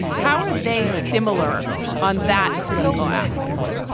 how are they similar on that political axis?